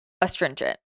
astringent